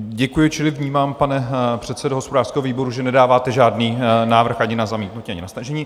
Děkuji, čili vnímám, pane předsedo hospodářského výboru, že nedáváte žádný návrh ani na zamítnutí, ani na stažení.